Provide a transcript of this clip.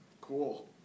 Cool